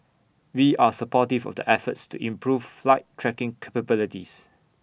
we are supportive of the efforts to improve flight tracking capabilities